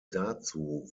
dazu